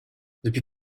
depuis